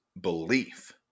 belief